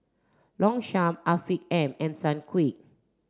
Longchamp Afiq M and Sunquick